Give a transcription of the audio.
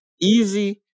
Easy